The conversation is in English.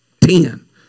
Ten